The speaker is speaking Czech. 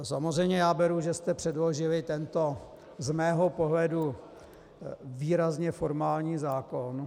Samozřejmě já beru, že jste předložili tento z mého pohledu výrazně formální zákon.